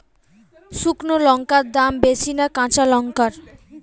শুক্নো লঙ্কার দাম বেশি না কাঁচা লঙ্কার?